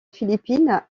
philippine